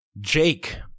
Jake